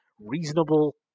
reasonable